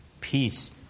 peace